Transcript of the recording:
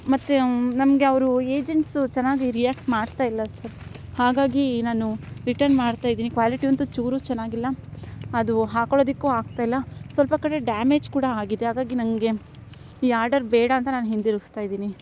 ಮತ್ತು ನಮಗೆ ಅವರು ಏಜೆಂಟ್ಸು ಚೆನ್ನಾಗಿ ರಿಯಾಕ್ಟ್ ಮಾಡ್ತಾ ಇಲ್ಲ ಸರ್ ಹಾಗಾಗಿ ನಾನು ರಿಟರ್ನ್ ಮಾಡ್ತಾ ಇದ್ದೀನಿ ಕ್ವಾಲಿಟಿ ಅಂತೂ ಚೂರು ಚೆನ್ನಾಗಿಲ್ಲ ಅದು ಹಾಕ್ಕೊಳೋದಕ್ಕೂ ಆಗ್ತಾ ಇಲ್ಲ ಸ್ವಲ್ಪ ಕಡೆ ಡ್ಯಾಮೇಜ್ ಕೂಡ ಆಗಿದೆ ಹಾಗಾಗಿ ನನಗೆ ಈ ಆರ್ಡರ್ ಬೇಡ ಅಂತ ಹಿಂದಿರುಗಿಸ್ತಾ ಇದ್ದೀನಿ